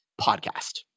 podcast